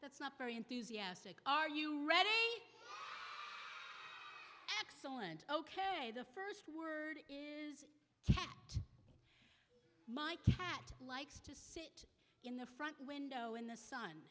that's not very enthusiastic are you ready excellent ok the first word cat my cat likes to sit in the front window in the sun